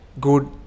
good